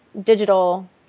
digital